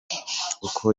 uko